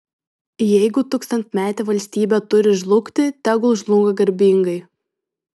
jeigu tūkstantmetė valstybė turi žlugti tegul žlunga garbingai